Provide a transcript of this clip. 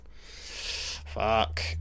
Fuck